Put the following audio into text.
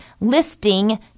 listing